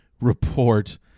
report